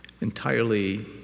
entirely